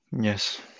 Yes